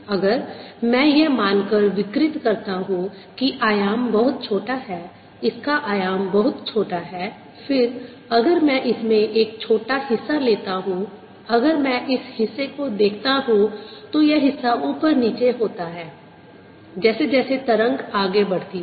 अगर मैं यह मानकर विकृत करता हूँ कि आयाम बहुत छोटा है इसका आयाम बहुत छोटा है फिर अगर मैं इसमें एक छोटा हिस्सा लेता हूं अगर मैं इस हिस्से को देखता हूं तो यह हिस्सा ऊपर नीचे होता है जैसे जैसे तरंग आगे बढ़ती है